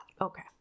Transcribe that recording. Okay